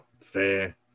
fair